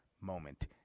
moment